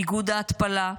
איגוד ההתפלה,